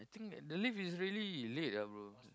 think that the lift is really late ah bro